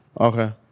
Okay